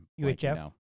UHF